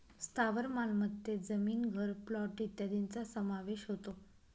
स्थावर मालमत्तेत जमीन, घर, प्लॉट इत्यादींचा समावेश होतो